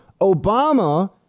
Obama